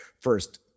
first